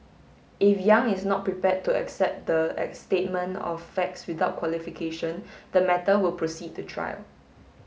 if Yang is not prepared to accept the statement of facts without qualification the matter will proceed to trial